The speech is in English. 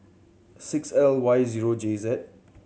six L Y zero J Z